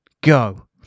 Go